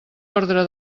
ordre